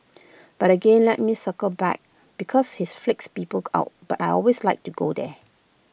but again let me circle back because this freaks people out but I always like to go there